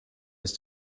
ist